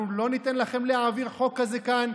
אנחנו לא ניתן לכם להעביר חוק כזה כאן.